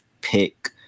pick